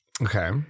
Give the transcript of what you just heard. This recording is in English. Okay